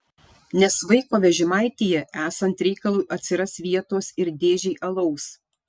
nes vaiko vežimaityje esant reikalui atsiras vietos ir dėžei alaus